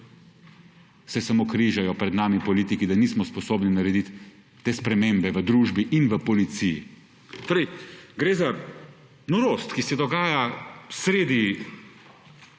se samo križajo pred nami politiki, da nismo sposobni narediti te spremembe v družbi in v policiji. Torej, gre za norost, ki se dogaja sredi